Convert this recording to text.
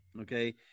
okay